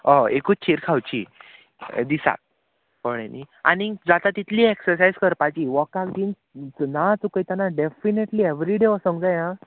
हय एकूच शीर खावची दिसाक कळ्ळें न्ही आनीक जाता तितली एक्सरसायज करपाची वॉकाक बीन ना चुकयताना डेफिनेटली एवरी डे वसोंग जाय आं